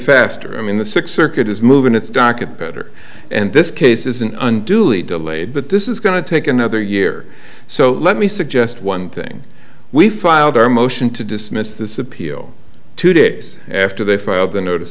faster i mean the six circuit is moving its docket better and this case is an unduly delayed but this is going to take another year so let me suggest one thing we filed our motion to dismiss this appeal two days after they filed the notice